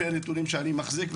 לפי נתונים שאני מחזיק,